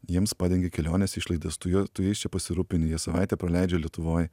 jiems padengia kelionės išlaidas tu juo tu jais čia pasirūpini jie savaitę praleidžia lietuvoj